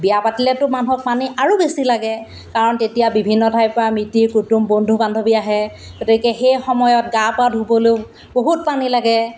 বিয়া পাতিলেতো মানুহক পানী আৰু বেছি লাগে কাৰণ তেতিয়া বিভিন্ন ঠাইৰ পৰা মিতিৰ কুটুম বন্ধু বান্ধৱী আহে গতিকে সেই সময়ত গা পা ধুবলৈও বহুত পানী লাগে